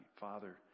Father